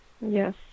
Yes